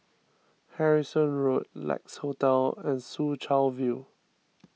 Harrison Road Lex Hotel and Soo Chow View